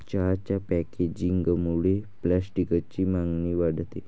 चहाच्या पॅकेजिंगमुळे प्लास्टिकची मागणी वाढते